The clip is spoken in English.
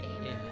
amen